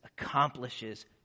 accomplishes